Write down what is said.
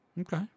okay